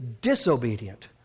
disobedient